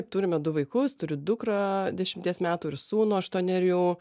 turime du vaikus turiu dukrą dešimties metų ir sūnų aštuonerių